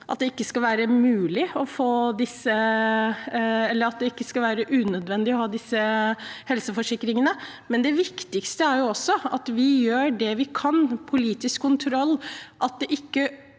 at det skal være unødvendig å ha helseforsikring, men det viktigste er også at vi gjør det vi kan med politisk kontroll, at det ikke